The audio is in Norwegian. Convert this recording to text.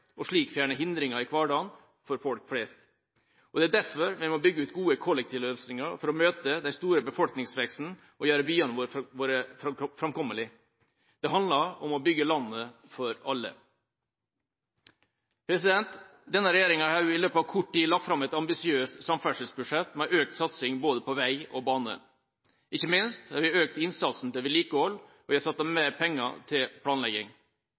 og slik fjerne hindringer i hverdagen for folk flest – og det er derfor vi må bygge ut gode kollektivløsninger for å møte den store befolkningsveksten og gjøre byene våre framkommelige. Det handler om å bygge landet for alle. Denne regjeringa har i løpet av kort tid lagt fram et ambisiøst samferdselsbudsjett, med økt satsing på både vei og bane – ikke minst har vi økt innsatsen til vedlikehold og satt av mer penger til planlegging. Samtidig vet vi at vi har